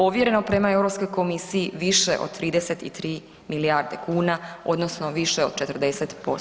Ovjereno prema Europskoj komisiji više od 33 milijarde kuna odnosno više od 40%